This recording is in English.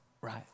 right